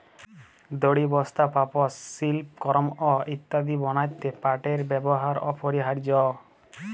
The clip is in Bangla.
দড়ি, বস্তা, পাপস, সিল্পকরমঅ ইত্যাদি বনাত্যে পাটের ব্যেবহার অপরিহারয অ